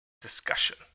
discussion